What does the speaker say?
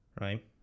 right